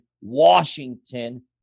Washington